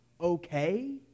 okay